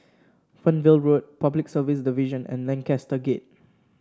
Fernvale Road Public Service Division and Lancaster Gate